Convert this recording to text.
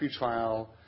pretrial